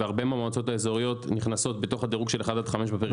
והרבה מהמועצות האזוריות נכנסות בתוך הדירוג של 5-1 בפריפריה.